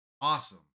awesome